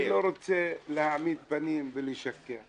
אני לא רוצה להעמיד פנים ולשקר.